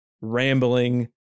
rambling